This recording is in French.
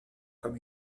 comme